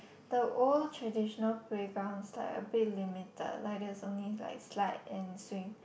the old traditional playgrounds like a bit limited like there's only like slide and swing